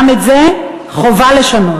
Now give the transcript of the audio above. גם את זה חובה לשנות.